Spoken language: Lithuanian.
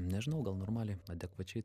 nežinau gal normaliai adekvačiai